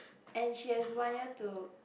and she has one year to